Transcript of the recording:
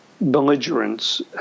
belligerents